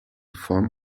form